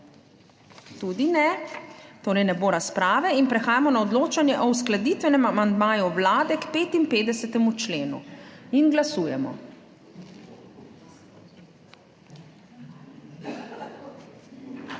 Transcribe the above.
Tudi ne. Torej ne bo razprave. Prehajamo na odločanje o uskladitvenem amandmaju Vlade k 55. členu. Glasujemo.